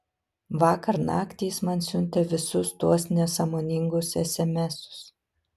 vakar naktį jis man siuntė visus tuos nesąmoningus esemesus